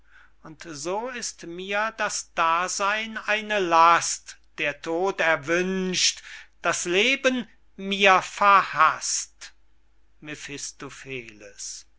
und so ist mir das daseyn eine last der tod erwünscht das leben mir verhaßt